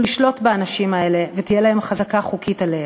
לשלוט באנשים האלה ותהיה להם חזקה חוקית עליהם.